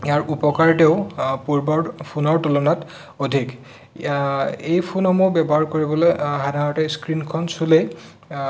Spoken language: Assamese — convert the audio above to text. ইয়াৰ উপকাৰিতাও পূৰ্বৰ ফোনৰ তুলনাত অধিক এই ফোনসমূহ ব্যৱহাৰ কৰিবলৈ সাধাৰণতে স্ক্ৰিনখন চুলেই